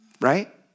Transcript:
Right